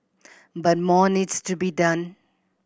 but more needs to be done